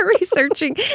researching